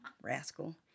rascal